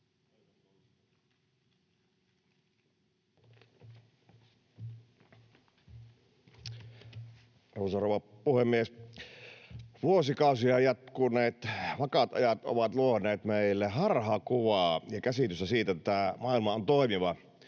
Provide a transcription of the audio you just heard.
rouva puhemies! Vuosikausia jatkuneet vakaat ajat ovat luoneet meille harhakuvaa ja käsitystä siitä, että tämä maailma on toimiva,